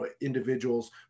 individuals